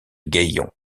gaillon